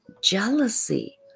jealousy